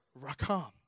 rakam